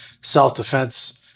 self-defense